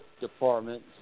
department